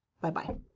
Bye-bye